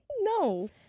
No